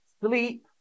sleep